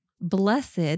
blessed